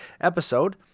episode